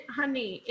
honey